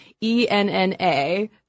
E-N-N-A